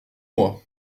moi